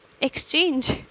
exchange